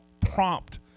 prompt